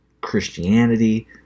Christianity